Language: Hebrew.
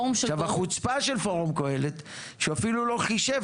החוצפה של פורום קהלת שהוא אפילו לא חישב